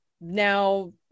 Now